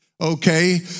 Okay